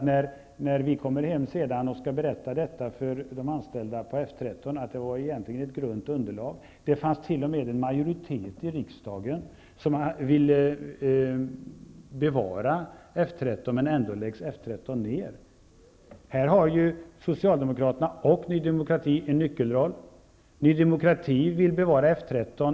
När vi kommer hem skall vi alltså berätta för de anställda på F 13 att det egentligen var ett grunt underlag och att det t.o.m. fanns en majoritet i riksdagen som ville bevara F 13 men att F 13 ändå läggs ned. I detta sammanhang har Socialdemokraterna och Ny demokrati en nyckelroll. Ny demokrati vill bevara F 13.